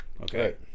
Okay